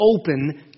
open